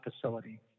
facility